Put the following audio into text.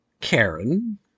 Karen